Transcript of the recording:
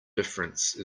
difference